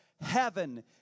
Heaven